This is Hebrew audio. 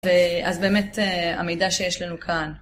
אז באמת המידע שיש לנו כאן.